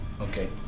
Okay